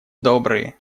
добрые